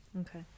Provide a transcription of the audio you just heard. Okay